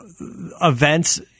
events